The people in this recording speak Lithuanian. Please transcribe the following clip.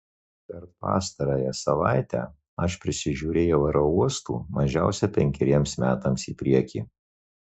per pastarąją savaitę aš prisižiūrėjau aerouostų mažiausiai penkeriems metams į priekį